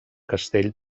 castell